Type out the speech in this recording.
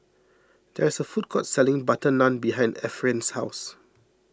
there is a food court selling Butter Naan behind Efrain's house